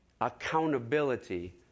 accountability